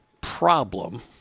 problem